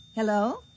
Hello